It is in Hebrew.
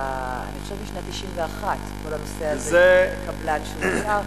אני חושבת שכל הנושא הזה של עובדי קבלן הוא משנת